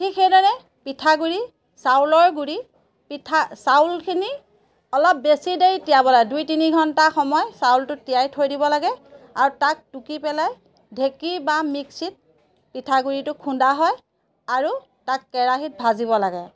ঠিক সেইদৰে পিঠাগুড়ি চাউলৰ গুড়ি পিঠা চাউলখিনি অলপ বেছি দেৰি তিয়াব লাগে দুই তিনি ঘণ্টা সময় চাউলটো তিয়াই থৈ দিব লাগে আৰু তাক টুকি পেলাই ঢেঁকী বা মিক্সিত পিঠাগুড়িটো খুন্দা হয় আৰু তাক কেৰাহিত ভাজিব লাগে